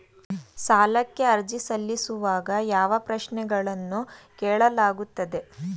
ಸಾಲಕ್ಕೆ ಅರ್ಜಿ ಸಲ್ಲಿಸುವಾಗ ಯಾವ ಪ್ರಶ್ನೆಗಳನ್ನು ಕೇಳಲಾಗುತ್ತದೆ?